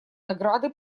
награды